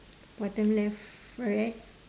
bottom left right